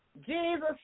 Jesus